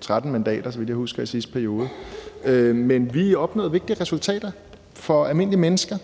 13 mandater, så vidt jeg husker, i sidste periode. Men vi opnåede vigtige resultater for almindelige mennesker.